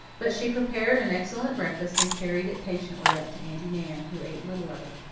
but she prepared an excellent breakfast and carried it patiently up to aunty nan, who ate little of it.